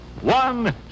One